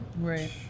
Right